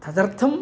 तदर्थम्